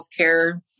healthcare